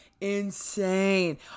Insane